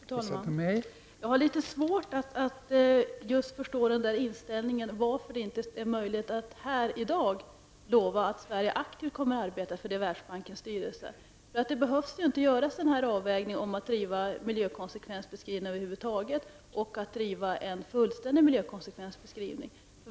Fru talman! Jag har litet svårt att förstå den inställningen. Varför är det inte möjligt att här i dag lova att Sverige kommer att aktivt arbeta för detta i Världsbankens styrelse? Då behövs över huvud taget inte den här avvägningen göras när det gäller att driva frågan om miljökonsekvensbeskrivningar och frågan om en fullständig miljökonsekvensbeskrivning.